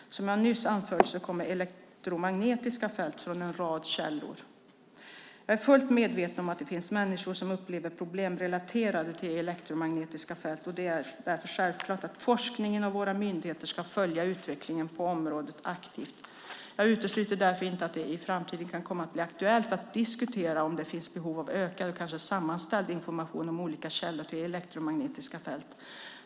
Som jag nyss anförde kommer elektromagnetiska fält från en rad källor. Jag är fullt medveten om att det finns människor som upplever problem relaterade till elektromagnetiska fält, och det är därför självklart att forskningen och våra myndigheter ska följa utvecklingen på området aktivt. Jag utesluter därför inte att det i framtiden kan komma att bli aktuellt att diskutera om det finns behov av ökad och kanske sammanställd information om olika källor till elektromagnetiska fält.